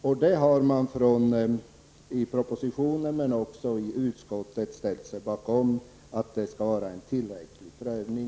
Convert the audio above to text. Både i propositionen och i utskottet har man ansett att detta är en tillräcklig prövning.